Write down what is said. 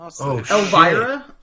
Elvira